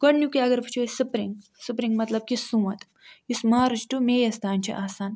گۄڈنیُکُے اَگر وُچھو أسۍ سُپرِنٛگ سُپرِنٛگ مَطلَب کہِ سونٛت یُس مارچ ٹُو مئی یَس تانۍ چھُ آسان